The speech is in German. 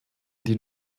die